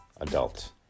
adult